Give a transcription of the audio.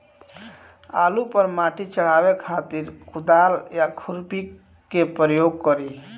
आलू पर माटी चढ़ावे खातिर कुदाल या खुरपी के प्रयोग करी?